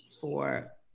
for-